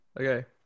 Okay